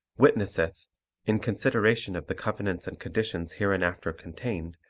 witnesseth in consideration of the covenants and conditions hereinafter contained,